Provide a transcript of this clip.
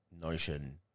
notion